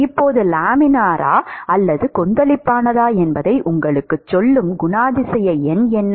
இப்போது லாமினாரா அல்லது கொந்தளிப்பானதா என்பதை உங்களுக்குச் சொல்லும் குணாதிசய எண் என்ன